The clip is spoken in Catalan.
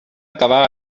acabar